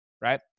right